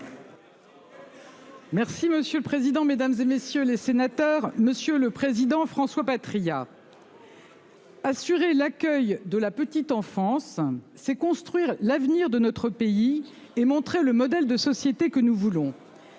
Merci monsieur le président, Mesdames, et messieurs les sénateurs, monsieur le président, François Patriat. Assurer l'accueil de la petite enfance, c'est construire l'avenir de notre pays et montrer le modèle de société que nous voulons.